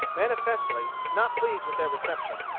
manifestly not pleased with their reception.